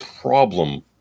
problem